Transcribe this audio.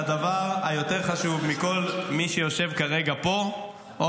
לדבר יותר חשוב מכל מי שיושב כרגע פה או